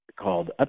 called